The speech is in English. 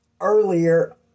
earlier